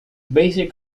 basic